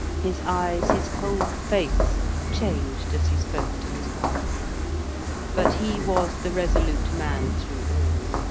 his eyes, his whole face changed as he spoke to his wife but he was the resolute man through all.